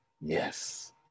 Yes